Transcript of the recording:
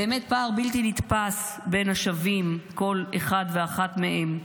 באמת פער בלתי נתפס בין השבים, כל אחד ואחת מהם,